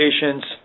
patients